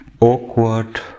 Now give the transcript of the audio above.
awkward